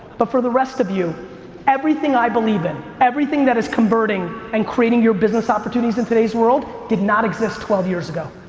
but for the rest of you everything i believe in, everything that is converting and creating your business opportunities in today's world did not exist twelve years ago,